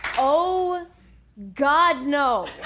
oh god no